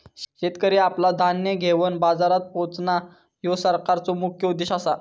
शेतकरी आपला धान्य घेवन बाजारात पोचणां, ह्यो सरकारचो मुख्य उद्देश आसा